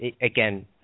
again